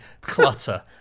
clutter